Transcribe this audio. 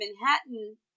Manhattan